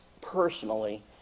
personally